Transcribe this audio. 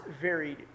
varied